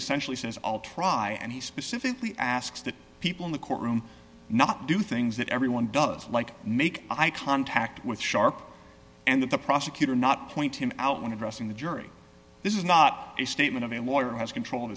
essentially says all try and he specifically asks the people in the courtroom not do things that everyone does like make eye contact with sharp and the prosecutor not point him out when addressing the jury this is not a statement of a lawyer who has control